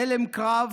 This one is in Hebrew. הלם קרב